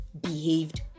behaved